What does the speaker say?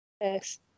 Yes